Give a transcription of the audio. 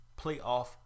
playoff